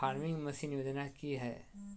Farming machine योजना कि हैय?